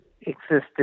existed